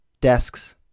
desks